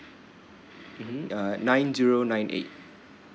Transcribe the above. (uh huh) uh nine zero nine eight